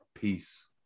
Peace